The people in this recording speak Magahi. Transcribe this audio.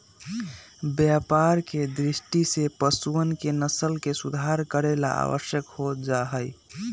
व्यापार के दृष्टि से पशुअन के नस्ल के सुधार करे ला आवश्यक हो जाहई